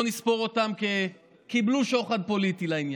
בואו נספור אותם כמי שקיבלו שוחד פוליטי, לעניין.